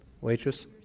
Waitress